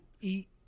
eat